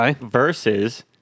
versus